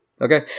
Okay